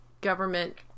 government